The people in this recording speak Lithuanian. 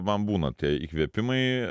man būna tie įkvėpimai